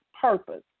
purpose